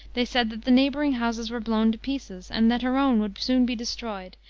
they said that the neighboring houses were blown to pieces, and that her own would soon be destroyed,